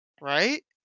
right